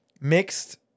Mixed